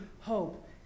hope